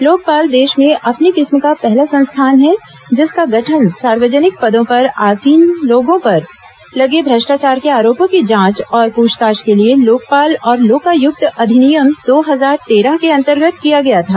लोकपाल देश में अपनी किस्म का पहला संस्थान है जिसका गठन सार्वजनिक पदों पर आसीन लोगों पर लगे भ्रष्टाचार के आरोपों की जांच और पूछताछ के लिए लोकपाल और लोकायुक्त अधिनियम दो हजार तेरह के अंतर्गत किया गया था